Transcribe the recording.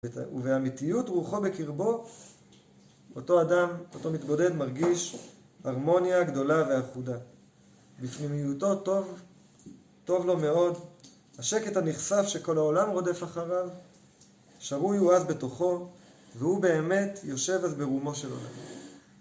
ואמיתיות רוחו בקרבו, אותו אדם, אותו מתבודד, מרגיש הרמוניה גדולה ואחודה. בפנימיותו טוב, טוב לו מאוד, השקט הנכסף שכל העולם רודף אחריו, שרוי הוא אז בתוכו, והוא באמת יושב אז ברומו של עולם